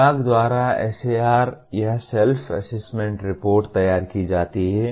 विभाग द्वारा SAR या सेल्फ असेसमेंट रिपोर्ट तैयार की जाती है